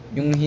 Yung